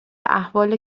احوال